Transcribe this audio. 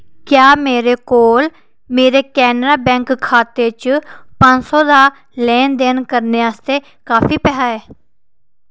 क्या मेरे कोल मेरे कैनेरा बैंक खाते च पंज सौ दा लैन देन करने आस्तै काफी पैसा ऐ